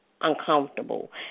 uncomfortable